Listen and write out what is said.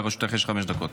לרשותך חמש דקות.